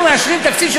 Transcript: אנחנו מאשרים תקציב של